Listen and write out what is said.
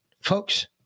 folks